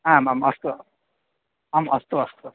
आमाम् अस्तु आम् अस्तु अस्तु